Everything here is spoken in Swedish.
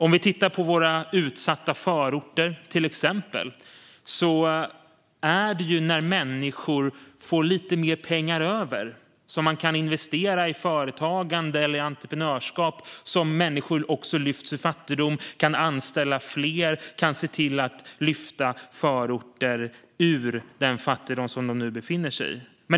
Om vi till exempel tittar på våra utsatta förorter ser vi att det är när människor får lite mer pengar över att investera i företagande eller entreprenörskap som människor också lyfts ur fattigdom, kan anställa fler och kan se till att lyfta förorter ur den fattigdom som de nu befinner sig i.